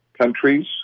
countries